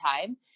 time